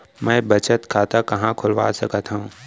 मै बचत खाता कहाँ खोलवा सकत हव?